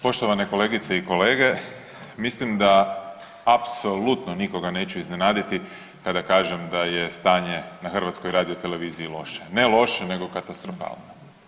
Poštovane kolegice i kolege, mislim da apsolutno nikoga neću iznenaditi kada kažem da je stanje na HRT-u loše, ne loše nego katastrofalno.